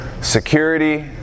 security